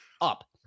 up